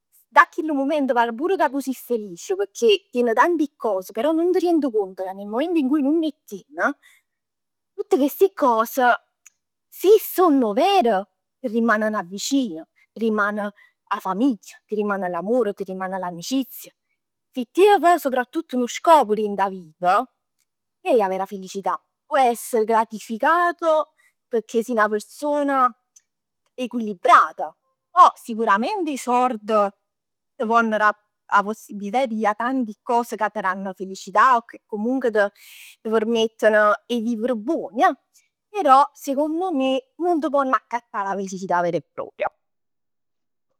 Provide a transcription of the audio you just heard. Dint a chillu mument vale pur ca tu si felice, pecchè tien tanti cos, però nun t' riend conto ca dint 'o mument ca nun 'e tien, tutt chesti cos, si song 'over t'arrimaneno vicin. Riman 'a famiglia, ti rimane l'amore, ti rimane l'amicizia. P' chi ha soprattutto nu scop dint 'a vit, chell è 'a vera felicità. Pò essere gratificato, pecchè si 'na persona equilibrata, poi sicurament 'e sord ti ponn dà 'a possibilità 'e ti piglià tanti cos ca t' dann 'a felicità, o che comunque t' t' permettono 'e vivere buon ja. Però secondo me nun t' ponn accattà 'a felicità vera e propria.